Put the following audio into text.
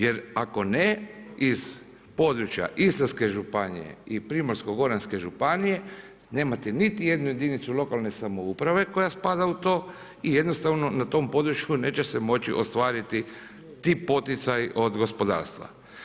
Jer ako ne, iz područja Istarske županije i Primorsko-goranske županije, nemate niti jednu jedinicu lokalne samouprave koja spada u to i jednostavno na tom području neće se moći ostvariti ti poticaji od gospodarstva.